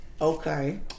Okay